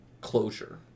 Closure